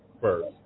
first